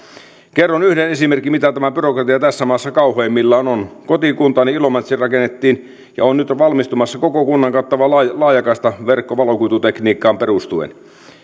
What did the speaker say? kerron yhden esimerkin mitä tämä byrokratia tässä maassa kauheimmillaan on kotikuntaani ilomantsiin rakennettiin ja on nyt valmistumassa koko kunnan kattava laajakaistaverkko valokuitutekniikkaan perustuen